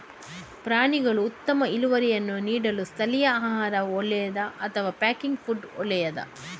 ಪ್ರಾಣಿಗಳು ಉತ್ತಮ ಇಳುವರಿಯನ್ನು ನೀಡಲು ಸ್ಥಳೀಯ ಆಹಾರ ಒಳ್ಳೆಯದೇ ಅಥವಾ ಪ್ಯಾಕ್ ಫುಡ್ ಒಳ್ಳೆಯದೇ?